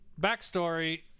backstory